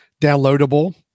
downloadable